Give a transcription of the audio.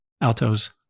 altos